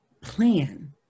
plan